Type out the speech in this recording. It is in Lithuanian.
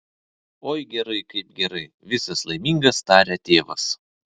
oi gerai kaip gerai visas laimingas taria tėvas